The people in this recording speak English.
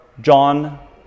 John